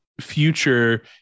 future